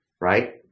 right